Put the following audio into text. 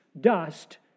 dust